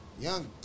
young